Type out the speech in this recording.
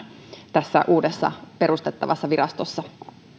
tässä uudessa perustettavassa virastossa